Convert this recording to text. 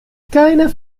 keiner